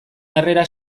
harrera